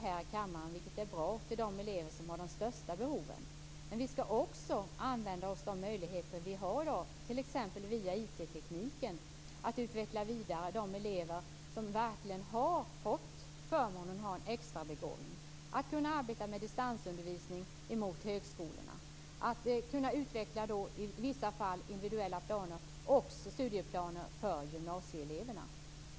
här i kammaren mycken tid, vilket är bra, åt de elever som har de största behoven, men vi skall också använda de möjligheter vi har i dag, t.ex. via IT, att vidareutveckla de elever som verkligen har fått förmånen av en extrabegåvning - där vi kan arbeta med distansundervisning mot högskolorna och i vissa fall kan utveckla individuella planer och studieplaner för gymnasieeleverna.